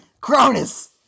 Cronus